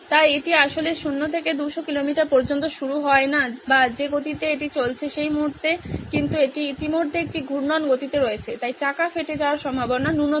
তাই এটি আসলে 0 থেকে 200 কিলোমিটার পর্যন্ত শুরু হয় না বা যে গতিতে এটি চলছে সেই মুহুর্তে কিন্তু এটি ইতিমধ্যে একটি ঘূর্ণন গতিতে রয়েছে তাই চাকা ফেটে যাওয়ার সম্ভাবনা ন্যূনতম